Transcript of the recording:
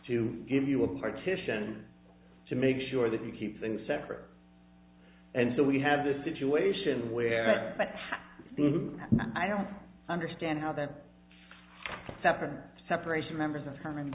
to give you a partition to make sure that you keep things separate and so we have this situation where i don't understand how that separate separation members